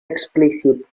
explícit